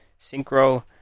Synchro